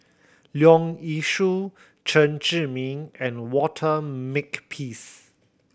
Leong Yee Soo Chen Zhiming and Walter Makepeace